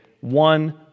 one